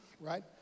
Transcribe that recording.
right